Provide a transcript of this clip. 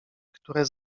które